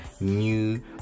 new